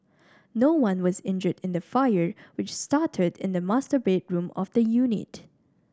no one was injured in the fire which started in the master bedroom of the unit